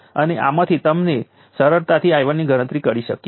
તેથી તેનો અર્થ એ છે કે કેપેસિટરને પોઝિટિવ એનર્જી પહોંચાડવામાં આવે છે